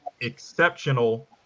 exceptional